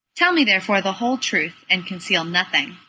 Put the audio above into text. tell me therefore the whole truth, and conceal nothing.